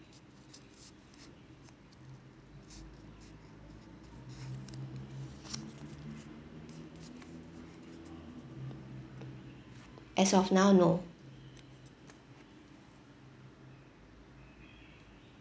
as of now no